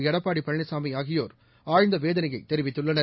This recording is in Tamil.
எடப்பாடிபழனிசாமிஆகியோர் ஆழ்ந்தவேதனையைதெரிவித்துள்ளனர்